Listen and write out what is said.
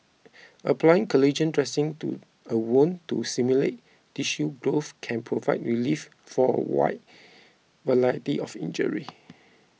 applying collagen dressings to a wound to stimulate tissue growth can provide relief for a wide variety of injuries